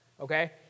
Okay